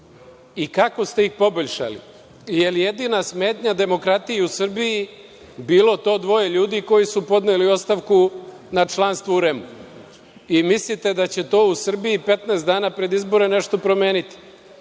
I kako ste ih poboljšali? Jel jedina smetnja demokratiji u Srbiji bilo to dvoje ljudi koji su podneli ostavku na članstvo u REM-u? Mislite da će to u Srbiji 15 dana pred izbore nešto promeniti?